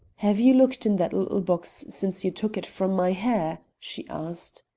have you looked in that little box since you took it from my hair? she asked.